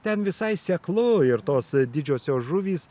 ten visai seklu ir tos didžiosios žuvys